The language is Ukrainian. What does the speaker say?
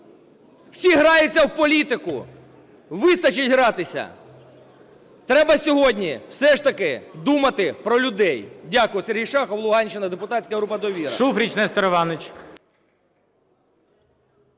Всі граються в політику. Вистачить гратися! Треба сьогодні все ж таки думати про людей. Дякую. Сергій Шахов, Луганщина, депутатська група "Довіра".